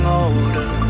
older